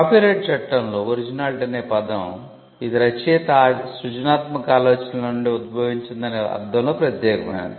copyright చట్టంలో 'originality' అని పదo ఇది రచయిత సృజనాత్మక ఆలోచనలలో నుండి ఉద్భవించిందనే అర్థంలో ప్రత్యేకమైనది